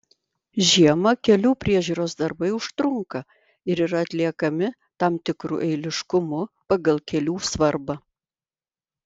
žiemą kelių priežiūros darbai užtrunka ir yra atliekami tam tikru eiliškumu pagal kelių svarbą